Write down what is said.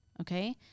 Okay